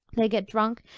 they get drunk,